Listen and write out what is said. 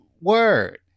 word